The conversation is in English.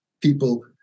people